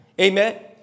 amen